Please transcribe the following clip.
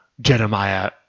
Jeremiah